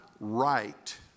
right